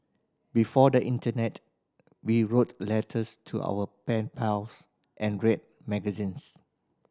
before the internet we wrote letters to our pen pals and read magazines